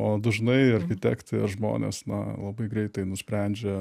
o dažnai architektai ar žmonės na labai greitai nusprendžia